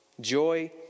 Joy